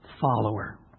follower